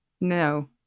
No